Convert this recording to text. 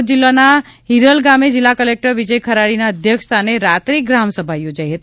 દાહોદ જિલ્લાના હિરલ ગામે જિલ્લા ક્લેક્ટર વિજય ખરાડીના અધ્યક્ષસ્થાને રાત્રિ ગ્રામ સભા યોજાઈ હતી